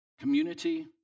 community